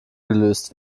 gelöst